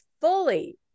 Fully